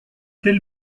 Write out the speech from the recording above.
tel